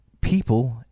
people